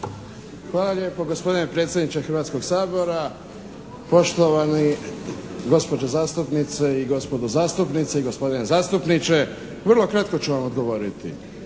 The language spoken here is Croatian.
Hvala lijepo gospodine predsjedniče Hrvatskog sabora, poštovani gospođo zastupnice i gospodo zastupnici i gospodine zastupniče. Vrlo kratko ću vam odgovoriti.